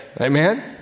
Amen